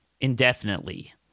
indefinitely